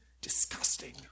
disgusting